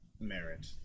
merit